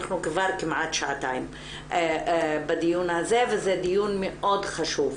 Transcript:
אנחנו כבר כמעט שעתיים בדיון הזה וזה דיון מאוד חשוב.